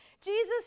Jesus